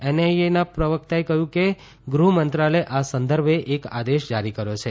એનઆઈએના પ્રવક્તાએ કહ્યું છે કે ગૃહમંત્રાલયે આ સંદર્ભે એક આદેશ જારી કર્યો છે